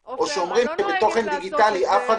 זה לא עובד ככה --- אז כשתלמיד בא ואומר שאף אחד לא